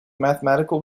mathematical